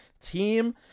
team